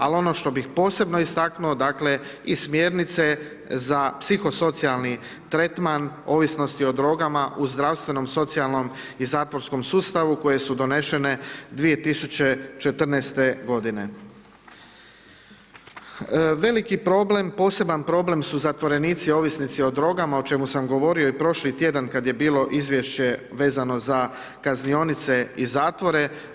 Ali, ono što bih posebno istaknuo dakle, i smjernice za psihosocijalni tretman, ovisnosti o drogama u zdravstvenom, socijalnom i zatvorskom sustavu, koje su donesene 2014. g. Veliki problem, poseban problem su zatvorenici, ovisnici o drogama, o čemu sam govorio prošli tjedan, kada je bilo izvješće vezano za kaznionice i zatvore.